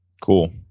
cool